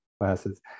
glasses